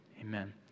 amen